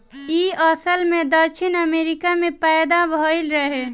इ असल में दक्षिण अमेरिका में पैदा भइल रहे